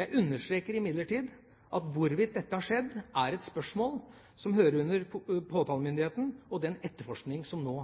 Jeg understreker imidlertid at hvorvidt dette har skjedd, er et spørsmål som hører under påtalemyndigheten og den etterforskning som nå